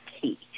key